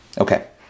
Okay